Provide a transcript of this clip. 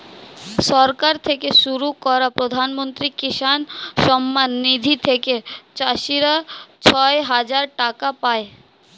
সরকার থেকে শুরু করা প্রধানমন্ত্রী কিষান সম্মান নিধি থেকে চাষীরা ছয় হাজার টাকা পায়